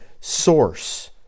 source